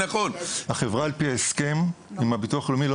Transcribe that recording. על פי ההסכם עם הביטוח הלאומי,